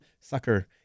Sucker